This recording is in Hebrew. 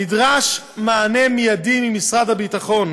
נדרש מענה מיידי ממשרד הביטחון.